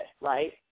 right